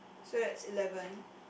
so that's eleven